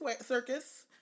Circus